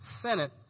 Senate